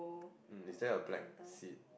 um is there a black seat